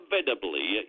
inevitably